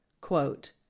Quote